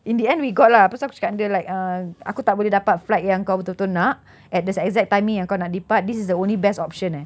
in the end we got lah lepas tu aku cakap dengan dia like uh aku tak boleh dapat flight yang kau betul-betul nak at this exact timing yang kau nak depart this is the only best option eh